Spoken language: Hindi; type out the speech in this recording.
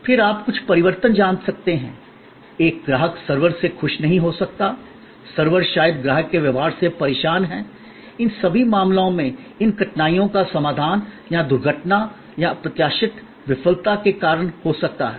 फिर आप कुछ परिवर्तन जान सकते हैं एक ग्राहक सर्वर से खुश नहीं हो सकता है सर्वर शायद ग्राहक के व्यवहार से परेशान है इन सभी मामलों में इन कठिनाइयों का समाधान या दुर्घटना या अप्रत्याशित विफलता के कारण हो सकता है